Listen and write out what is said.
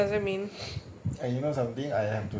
eh me also I receive a